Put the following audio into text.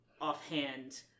offhand